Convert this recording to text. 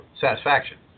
satisfaction